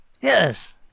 Yes